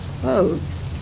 clothes